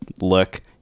look